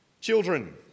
Children